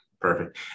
Perfect